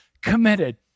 committed